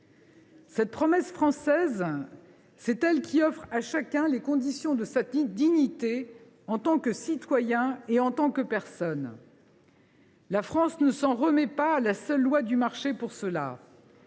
Cette promesse française offre à chacun les conditions de sa dignité en tant que citoyen et en tant que personne. La France ne s’en remet pas à la seule loi du marché pour cela.